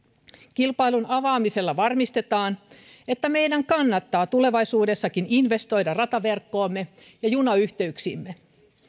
kilpailun avaamisella varmistetaan että meidän kannattaa tulevaisuudessakin investoida rataverkkoomme ja junayhteyksiimme